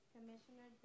Commissioner